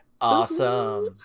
awesome